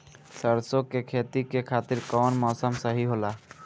सरसो के खेती के खातिर कवन मौसम सही होला?